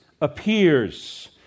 appears